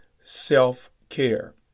self-care